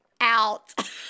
out